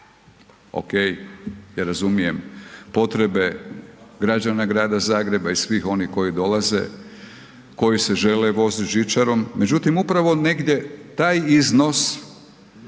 Ok, ja razumijem potrebe građana grada Zagreba i svih onih koji dolaze, koji se žele vozit žičarom, međutim upravo negdje taj iznos